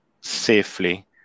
safely